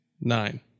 Nine